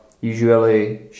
usually